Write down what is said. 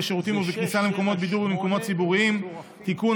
בשירותים ובכניסה למקומות בידור ולמקומות ציבוריים (תיקון,